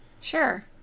Sure